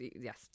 yes